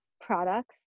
products